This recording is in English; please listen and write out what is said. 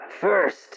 First